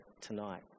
tonight